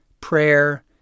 prayer